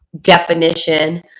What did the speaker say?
definition